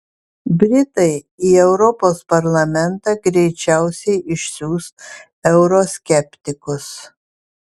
britai į europos parlamentą greičiausiai išsiųs euroskeptikus